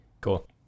Cool